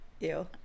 Ew